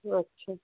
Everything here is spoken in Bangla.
আচ্ছা